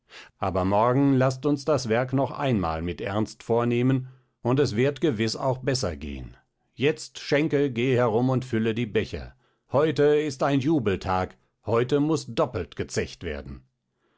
aber morgen laßt uns das werk noch einmal mit ernst vornehmen und es wird gewiß auch besser gehen jetzt schenke geh herum und fülle die becher heute ist ein jubeltag heute muß doppelt gezecht werden